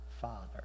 father